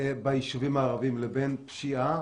ביישובים הערביים לבין פשיעה,